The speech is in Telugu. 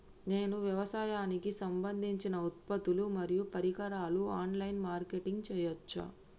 నేను వ్యవసాయానికి సంబంధించిన ఉత్పత్తులు మరియు పరికరాలు ఆన్ లైన్ మార్కెటింగ్ చేయచ్చా?